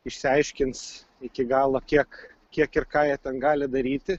išsiaiškins iki galo kiek kiek ir ką jie ten gali daryti